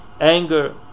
anger